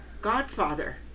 godfather